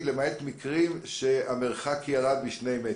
למעט מקרים שבהם המרחק ירד משני מטרים.